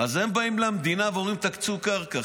אז הם באים למדינה ואומרים: תקצו קרקע.